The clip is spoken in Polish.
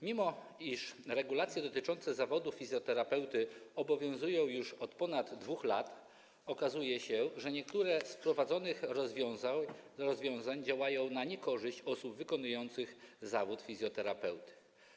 Mimo iż regulacje dotyczące zawodu fizjoterapeuty obowiązują już od ponad 2 lat, okazuje się, że niektóre z wprowadzonych rozwiązań działają na niekorzyść osób wykonujących zawód fizjoterapeuty.